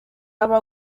baba